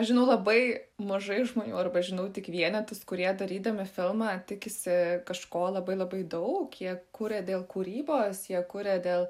aš žinau labai mažai žmonių arba žinau tik vienetus kurie darydami filmą tikisi kažko labai labai daug jie kuria dėl kūrybos jie kuria dėl